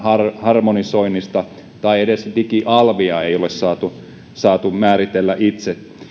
harmonisoinnista edes digialvia ei ole saatu saatu määritellä itse